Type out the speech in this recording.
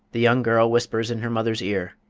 the young girl whispers in her mother's ear,